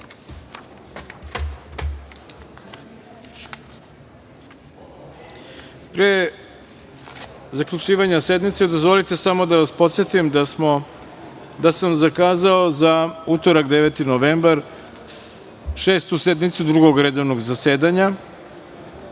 zaključivanja sednice, dozvolite samo da vas podsetim da sam zakazao za utorak, 9. novembar, Šestu sednicu Drugog redovnog zasedanja